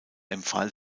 empfahl